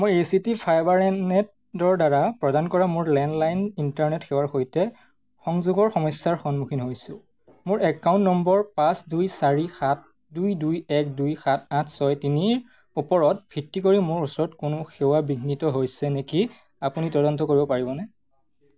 মই A C T ফাইবাৰনেটৰদ্বাৰা প্ৰদান কৰা মোৰ লেণ্ডলাইন ইণ্টাৰনেট সেৱাৰ সৈতে সংযোগৰ সমস্যাৰ সন্মুখীন হৈছোঁ মোৰ একাউণ্ট নম্বৰ পাঁচ দুই চাৰি সাত দুই দুই এক দুই সাত আঠ ছয় তিনিৰ ওপৰত ভিত্তি কৰি মোৰ ওচৰত কোনো সেৱা বিঘ্নিত হৈছে নেকি আপুনি তদন্ত কৰিব পাৰিবনে